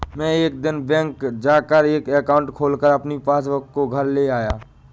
मै एक दिन बैंक जा कर एक एकाउंट खोलकर अपनी पासबुक को घर ले आया